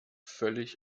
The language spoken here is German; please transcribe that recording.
völlig